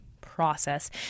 process